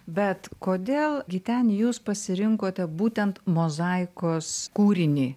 bet kodėl giteni jūs pasirinkote būtent mozaikos kūrinį